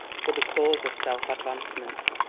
for the cause of self-advancement.